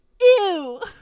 ew